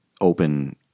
open